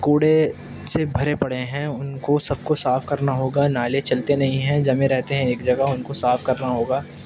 کوڑے سے بھرے پڑے ہیں ان کو سب کو صاف کرنا ہوگا نالے چلتے نہیں ہیں جمے رہتے ہیں ایک جگہ ان کو صاف کرنا ہوگا